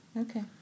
Okay